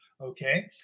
okay